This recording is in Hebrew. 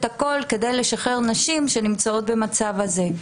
הכל כדי לשחרר נשים שנמצאות במצב הזה.